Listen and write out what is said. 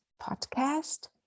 podcast